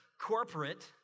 corporate